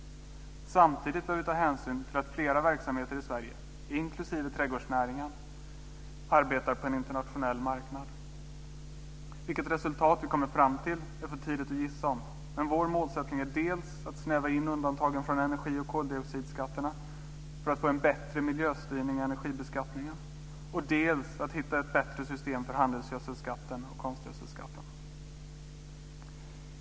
Samtidigt bör vi ta hänsyn till att flera verksamheter i Sverige, inklusive trädgårdsnäringen, arbetar på en internationell marknad. Vilket resultat vi kommer fram till är det för tidigt att spekulera om, men vår målsättning är dels att snäva in undantagen från energi och koldioxidskatterna för att få en bättre miljöstyrning av energibeskattningen, dels att hitta ett bättre system för handelsgödselskatten och konstgödselskatten.